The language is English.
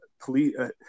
police